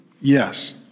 Yes